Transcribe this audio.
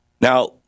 Now